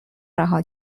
رها